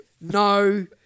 No